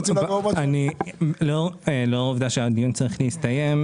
לאור העובדה שהדיון צריך להסתיים,